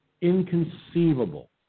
inconceivable